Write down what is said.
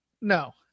No